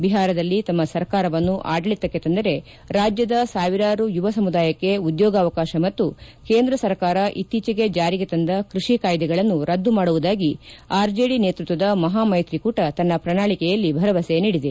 ಬಿಹಾರದಲ್ಲಿ ತಮ್ಮ ಸರ್ಕಾರವನ್ನು ಆಡಳಿತಕ್ಕೆ ತಂದರೆ ರಾಜ್ಯದ ಸಾವಿರಾರು ಯುವ ಸಮುದಾಯಕ್ಕೆ ಉದ್ಯೋಗಾವಕಾಶ ಮತ್ತು ಕೇಂದ್ರ ಸರ್ಕಾರ ಇತ್ತೀಚೆಗೆ ಜಾರಿಗೆ ತಂದ ಕೃಷಿ ಕಾಯ್ದೆಗಳನ್ನು ರದ್ದು ಮಾಡುವುದಾಗಿ ಆರ್ಜೆಡಿ ನೇತೃತ್ವದ ಮಪಾ ಮೈತ್ರಿಕೂಟ ತನ್ನ ಪ್ರಣಾಳಿಕೆಯಲ್ಲಿ ಭರವಸೆ ನೀಡಿದೆ